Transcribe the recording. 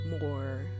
more